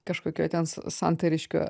kažkokioj ten santariškių